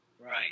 Right